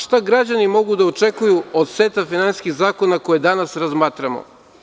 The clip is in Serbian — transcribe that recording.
Šta građani mogu da očekuju od seta finansijskih zakona koje danas razmatramo.